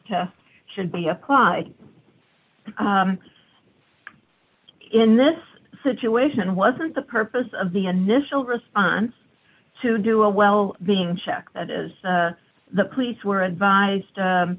test should be applied in this situation wasn't the purpose of the initial response to do a well being check that as the police were advised